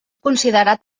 considerat